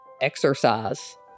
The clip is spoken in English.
exercise